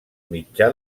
mitjà